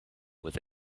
with